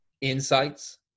insights